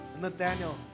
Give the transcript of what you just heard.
Nathaniel